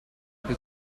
più